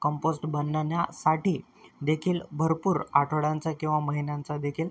compost बनण्यासाठी देखील भरपूर आठवड्यांचा किंवा महिन्यांचा देखील